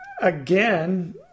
Again